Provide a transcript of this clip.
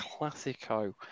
Classico